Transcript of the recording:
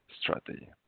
strategy